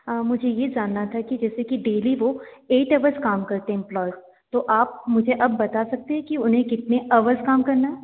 मुझे ये जानना था कि जैसे कि डेली वह एट आवर्स काम करते हैं वो इम्प्लॉय तो आप मुझे अब बता सकते हैं कि उन्हें कितने आवर्स काम करना है